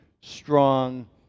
strong